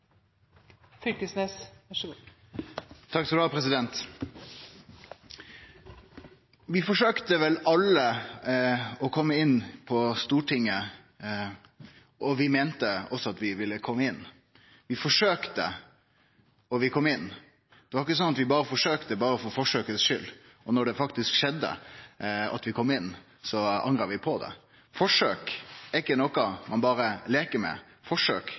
Vi forsøkte vel alle å komme inn på Stortinget, og vi meinte også at vi ville komme inn. Vi forsøkte, og vi kom inn. Det var ikkje sånn at vi forsøkte berre for forsøket si skuld, og at vi da vi faktisk kom inn, angra på det. Forsøk er ikkje noko ein berre leikar med, forsøk